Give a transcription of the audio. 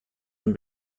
than